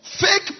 Fake